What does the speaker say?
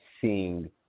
seeing